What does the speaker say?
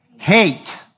Hate